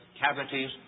cavities